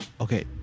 Okay